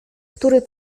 który